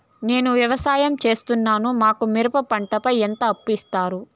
నేను వ్యవసాయం సేస్తున్నాను, మాకు మిరప పంటపై ఎంత అప్పు ఇస్తారు